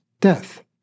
Death